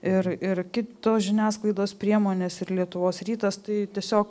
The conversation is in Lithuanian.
ir ir kitos žiniasklaidos priemonės ir lietuvos rytas tai tiesiog